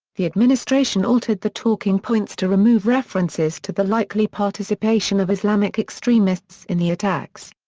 the administration altered the talking points to remove references to the likely participation of islamic extremists in the attacks.